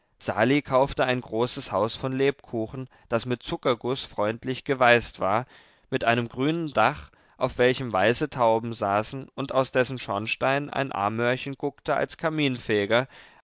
sali kaufte ein großes haus von lebkuchen das mit zuckerguß freundlich geweißt war mit einem grünen dach auf welchem weiße tauben saßen und aus dessen schornstein ein amörchen guckte als kaminfeger